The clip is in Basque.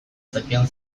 zekien